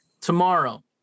tomorrow